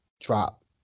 Drop